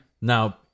Now-